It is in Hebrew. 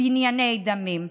בנייני דמים.